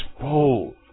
bold